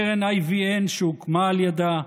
קרן IVN שהוקמה על ידה,